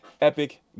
Epic